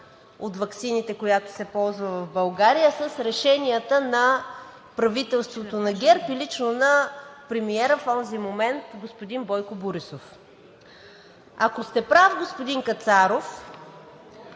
от ваксините, която се ползва в България, с решенията на правителството на ГЕРБ и лично на премиера в онзи момент – господин Бойко Борисов. Ако сте прав, господин Кацаров,